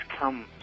come